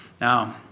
Now